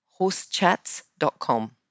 horsechats.com